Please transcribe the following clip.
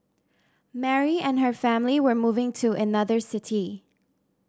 Mary and her family were moving to another city